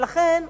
לכן,